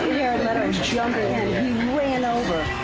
leto jumping in he ran over.